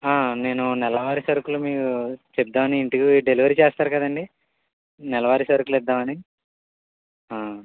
నేను నెలవారి సరుకులు మీ చెప్దామని ఇంటికి డెలివరీ చేస్తారు కదండి నెలవారీ సరుకులు ఇద్దామని